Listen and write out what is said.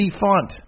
font